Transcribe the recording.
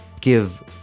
give